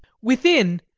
within,